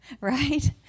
Right